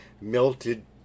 melted